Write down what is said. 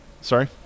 sorry